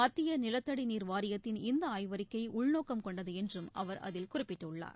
மத்தியநிலத்தடிநீர் வாரியத்தின் இந்தஆய்வறிக்கைஉள்நோக்கம் கொண்டதுஎன்றும் அவர் அதில் குறிப்பிட்டுள்ளார்